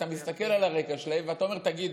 אתה מסתכל על הרקע שלהם ואתה אומר: תגידו,